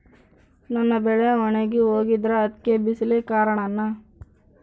ನಮ್ಮ ಬೆಳೆ ಒಣಗಿ ಹೋಗ್ತಿದ್ರ ಅದ್ಕೆ ಬಿಸಿಲೆ ಕಾರಣನ?